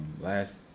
Last